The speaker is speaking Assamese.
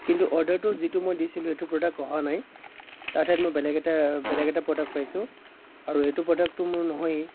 কিন্তু অৰ্ডাৰটো যিটো মই দিছিলোঁ সেইটো প্ৰডাক্ট অহা নাই তাৰ ঠাইত মই বেলেগ এটা বেলেগ এটা প্ৰডাক্ট পাইছোঁ আৰু এইটো প্ৰডাক্টো মোৰ নহয়েই